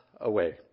away